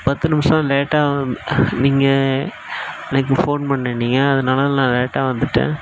பத்து நிமிசம் லேட்டாக நீங்கள் எனக்கு ஃபோன் பண்ணுனீங்க அதனால நான் லேட்டாக வந்துட்டேன்